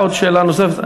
שאלה נוספת,